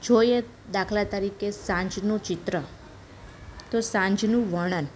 જોઈએ દાખલા તરીકે સાંજનું ચિત્ર તો સાંજનું વર્ણન